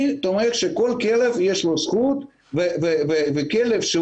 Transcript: אני תומך שכל כלב יש לו זכות וכלב שהוא